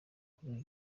kuri